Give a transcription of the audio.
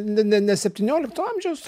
ne ne ne septyniolikto amžiaus